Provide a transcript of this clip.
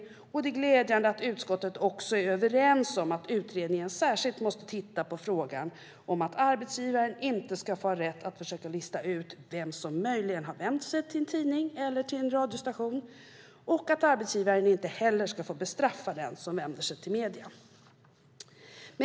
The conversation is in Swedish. Det är också glädjande att utskottet är överens om att utredningen särskilt måste titta på frågan att arbetsgivaren inte ska ha rätt att försöka lista ut vem som möjligen har vänt sig till en tidning eller en radiostation och att arbetsgivaren inte heller ska få bestraffa den som vänder sig till medier.